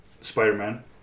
Spider-Man